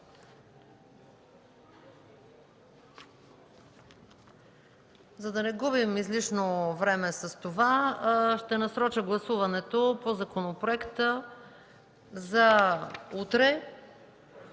За да не губим излишно време с това, насрочвам гласуването по законопроекта за утре